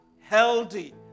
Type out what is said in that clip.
healthy